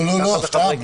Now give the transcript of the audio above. ככה זה חברי כנסת.